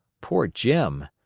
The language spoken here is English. poor jim!